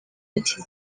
ati